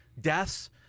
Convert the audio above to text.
deaths